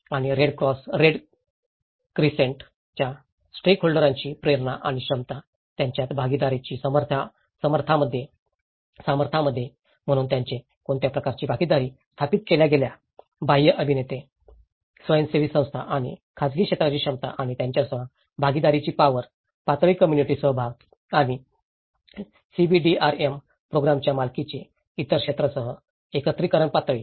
आणि red cross red crescent च्या स्टेकहोल्डरची प्रेरणा आणि क्षमता यांच्यात भागीदारीच्या सामर्थ्यामध्ये म्हणून त्याने कोणत्या प्रकारच्या भागीदारी स्थापित केल्या आहेत बाह्य अभिनेते स्वयंसेवी संस्था आणि खाजगी क्षेत्राची क्षमता आणि त्यांच्यासह भागीदारीची पावर पातळी कम्म्युनिटी सहभाग आणि सीबीडीआरएम प्रोग्रामच्या मालकीचे इतर क्षेत्रांसह एकत्रिकरण पातळी